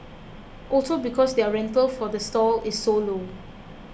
also because their rental for the stall is so low